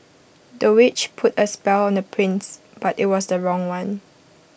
the witch put A spell on the prince but IT was the wrong one